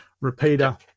repeater